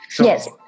Yes